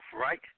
right